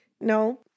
no